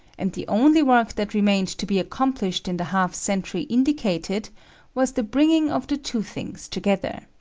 and the only work that remained to be accomplished in the half century indicated was the bringing of the two things together.